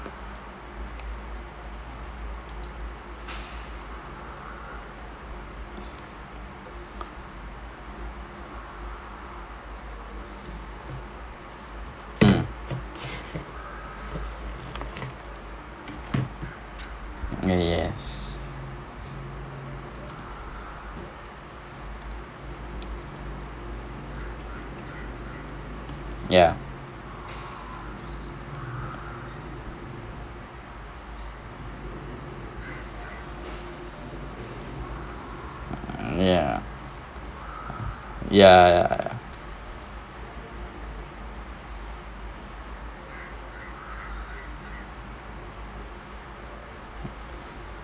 mm yes ya ya ya